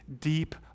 deep